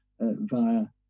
via